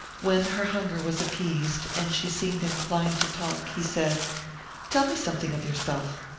when her hunger was appeased, and she seemed inclined to talk, he said tell me something of yourself.